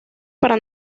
para